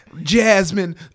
jasmine